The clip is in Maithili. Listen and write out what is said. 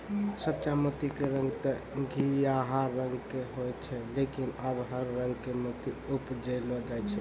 सच्चा मोती के रंग तॅ घीयाहा रंग के होय छै लेकिन आबॅ हर रंग के मोती उपजैलो जाय छै